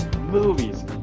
movies